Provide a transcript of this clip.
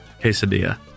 quesadilla